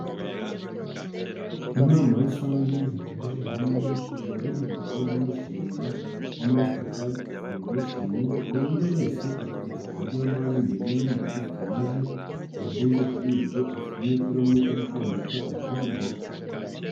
Inama rusange yahurije hamwe abarihirirwa n'umushinga wa Mastercard foundation buri umwe wese afite icupa ry'amazi imbere ye ndetse afite naji, ibirenze kuri ibyo afite n'ikaramu ari kwandika ibivugirwa aho.